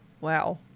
wow